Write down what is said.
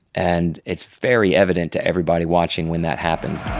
and it's very evident to everybody watching when that happens